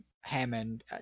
Hammond